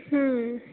हूँ